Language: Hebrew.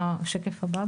ה-MRI,